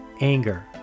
anger